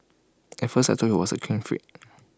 at first I thought he was A clean freak